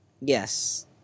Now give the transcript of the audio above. Yes